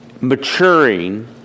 maturing